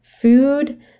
food